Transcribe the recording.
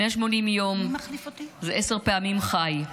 180 יום זה עשר פעמים ח"י.